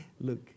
Look